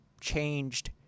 changed